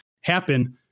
happen